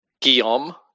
Guillaume